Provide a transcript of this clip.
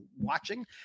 watching